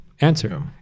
answer